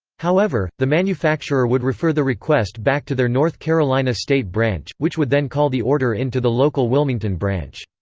however, the manufacturer would refer the request back to their north carolina state branch, which would then call the order in to the local wilmington branch.